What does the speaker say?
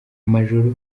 amajoro